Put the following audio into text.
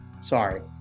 sorry